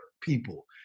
people